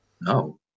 no